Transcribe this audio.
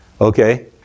Okay